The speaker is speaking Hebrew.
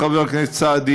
חבר הכנסת סעדי,